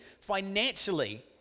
financially